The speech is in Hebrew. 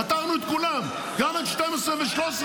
פטרנו את כולם מהתשלום, גם את 12 ו-13.